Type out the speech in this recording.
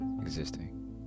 existing